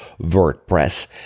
WordPress